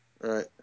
Right